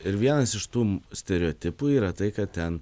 ir vienas iš tų stereotipų yra tai kad ten